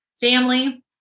family